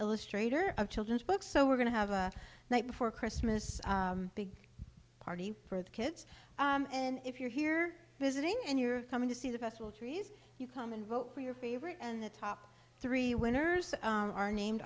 illustrator of children's books so we're going to have a night before christmas big party for the kids and if you're here visiting and you're coming to see the trees you come and vote for your favorite and the top three winners are named